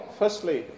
firstly